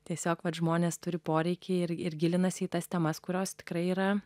tiesiog mat žmonės turi poreikį ir ir gilinasi į tas temas kurios tikrai yra